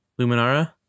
Luminara